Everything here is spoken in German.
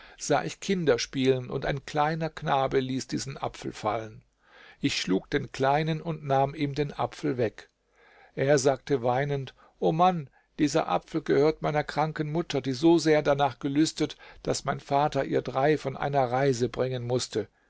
sah ich kinder spielen und ein kleiner knabe ließ diesen apfel fallen ich schlug den kleinen und nahm ihm den apfel weg er sagte weinend o mann dieser apfel gehört meiner kranken mutter die so sehr danach gelüstet daß mein vater ihr drei von einer reise bringen mußte